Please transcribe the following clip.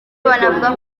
banavuga